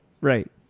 Right